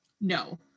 No